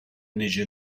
niġi